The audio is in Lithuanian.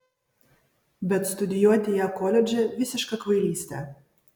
bet studijuoti ją koledže visiška kvailystė